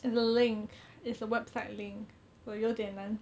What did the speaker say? it's a link it's a website link 我有点难